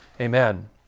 Amen